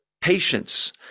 Patience